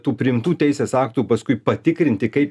tų priimtų teisės aktų paskui patikrinti kaip